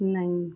नहीं